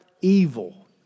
evil